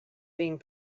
being